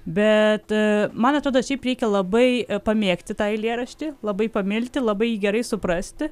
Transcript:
bet man atrodo šiaip reikia labai pamėgti tą eilėraštį labai pamilti labai gerai suprasti